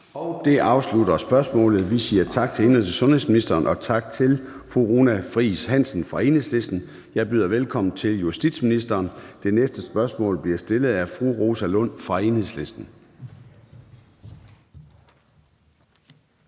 Det afslutter spørgsmålet. Vi siger tak til indenrigs- og sundhedsministeren og tak til fru Runa Friis Hansen fra Enhedslisten. Jeg byder velkommen til justitsministeren. Det næste spørgsmål bliver stillet af fru Rosa Lund fra Enhedslisten.